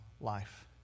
life